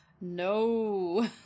No